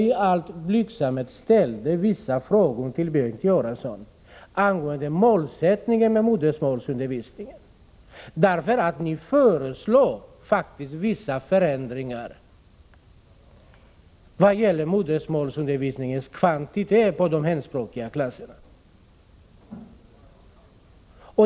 I all blygsamhet ställde jag vissa frågor till Bengt Göransson angående målsättningen för modersmålsundervisningen därför att ni faktiskt föreslår vissa förändringar vad gäller modersmålsundervisningens kvantitet i hemspråksklasserna.